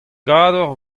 gador